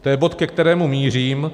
To je bod, ke kterému mířím.